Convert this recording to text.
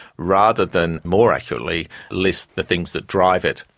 rather than more accurately list the things that drive it.